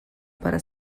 para